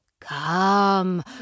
Come